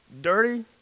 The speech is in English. dirty